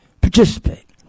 Participate